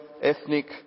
ethnic